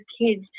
kids